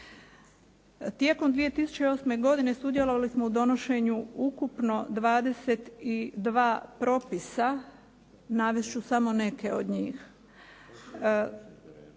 Tijekom 2008. godine sudjelovali smo u donošenju ukupno 22 propisa, navesti ću samo neke od njih.